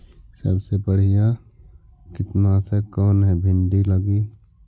सबसे बढ़िया कित्नासक कौन है भिन्डी लगी?